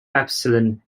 epsilon